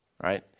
right